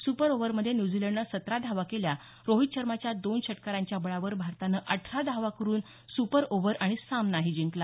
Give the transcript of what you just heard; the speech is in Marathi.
सुपर ओव्हरमध्ये न्यूझीलंडने सतरा धावा केल्या रोहित शर्माच्या दोन षटकारांच्या बळावर भारतानं अठरा धावा करून सुपर ओव्हर आणि सामनाही जिंकला